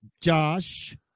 Josh